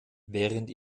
während